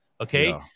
Okay